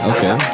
Okay